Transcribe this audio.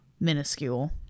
minuscule